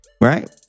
right